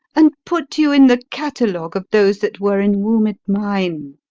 and put you in the catalogue of those that were enwombed mine.